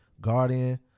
guardian